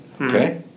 okay